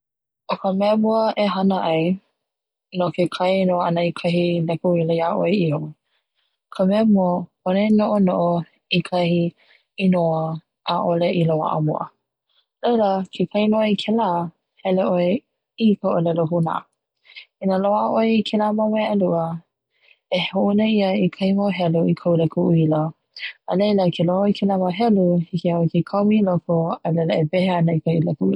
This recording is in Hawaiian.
O ka mea mua e hana ai, no ke kainoa ana i kahi leka uila iaʻoe iho, ka mea mua pono e noʻonoʻo i kahi inoa ʻaʻole i loaʻa ma mua, no laila ke kaiona kela hele ʻoe i ka ʻolelo huna, ina loaʻa ʻoe i kela mau mea ʻelua, e hoʻuna ia i kahi mau helu i kau leka uila, alaila ke loaʻa ʻoe i kela mau helu hiki iaʻoe ke kaumi i loko a laila e wehe ana kou leka uila.